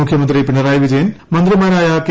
മുഖ്യമന്ത്രി പിണറായി വിജയൻ മന്ത്രിമാരായ കെ